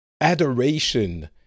adoration